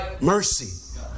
mercy